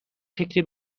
فکری